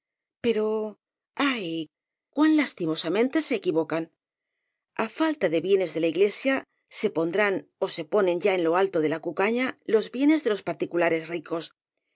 pero ay cuán lastimosamente se equivocan á falta de bienes de la iglesia se pon drán ó se ponen ya en lo alto de la cucaña los bie nes de los particulares ricos